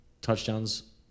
touchdowns